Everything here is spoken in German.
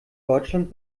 deutschland